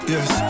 Yes